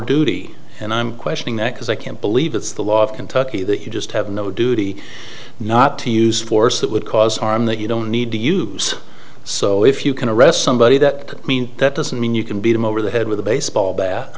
duty and i'm questioning that because i can't believe it's the law of kentucky that you just have no duty not to use force that would cause harm that you don't need to use so if you can arrest somebody that could mean that doesn't mean you can beat him over the head with a baseball bat